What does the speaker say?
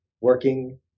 working